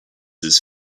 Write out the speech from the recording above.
his